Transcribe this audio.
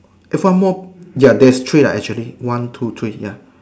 if one more ya there's three lah actually one two three ya